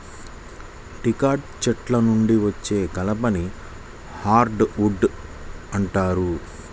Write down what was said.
dicot చెట్ల నుండి వచ్చే కలపని హార్డ్ వుడ్ అంటారు